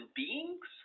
beings